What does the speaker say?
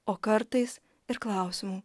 o kartais ir klausimų